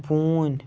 بوٗنۍ